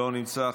לא נמצא,